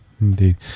indeed